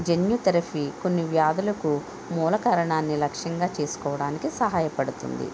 జెన్యు therapy కొన్ని వ్యాధులకు మూల కారణాన్ని లక్ష్యంగా చేసుకోడానికి సహాయపడుతుంది